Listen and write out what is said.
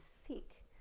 seek